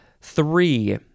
Three